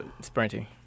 sprinting